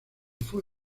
fue